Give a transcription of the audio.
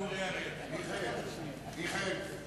בוועדת העבודה, הרווחה והבריאות נתקבלה.